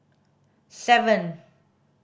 seven